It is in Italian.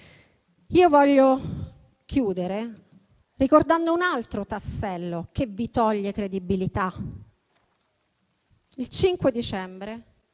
Voglio chiudere ricordando un altro tassello che vi toglie credibilità. Il prossimo